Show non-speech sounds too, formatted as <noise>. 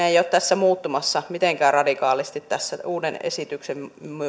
<unintelligible> eivät ole muuttumassa mitenkään radikaalisti uuden esityksen